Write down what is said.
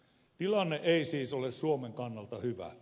tilanne ei siis ole suomen kannalta hyvä